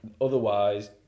Otherwise